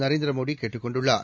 நரேந்திரமோடிகேட்டுக்கொண்டுள்ளார்